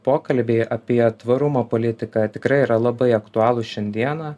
pokalbiai apie tvarumo politiką tikrai yra labai aktualūs šiandieną